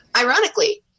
ironically